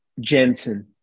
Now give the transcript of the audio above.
Jensen